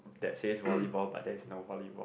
that says volleyball but there's no volleyball